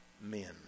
men